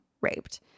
raped